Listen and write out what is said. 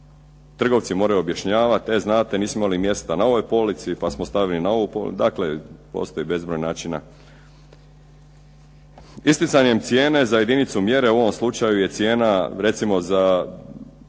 trgovci moraju objašnjavati, e znate, nismo imali mjesta na ovoj polici pa smo stavili na ovu policu. Dakle, postoji bezbroj načina. Isticanjem cijene za jedinicu mjere, u ovom slučaju je cijena recimo za,